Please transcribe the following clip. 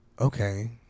Okay